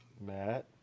Matt